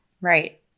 Right